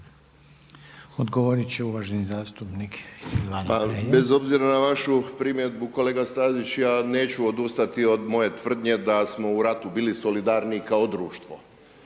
**Hrelja, Silvano (HSU)** Bez obzira na vašu primjedbu kolega Stazić ja neću odustati od moje tvrdnje da smo u ratu bili solidarniji kao društvo